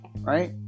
right